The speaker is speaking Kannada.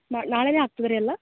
ಮ ನಾಳೆಯೇ ಆಗ್ತದೆ ರೀ ಎಲ್ಲ